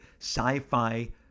sci-fi